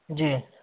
जी